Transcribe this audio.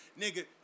Nigga